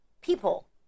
people